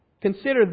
Consider